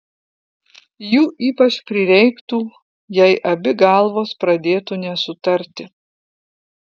jų ypač prireiktų jei abi galvos pradėtų nesutarti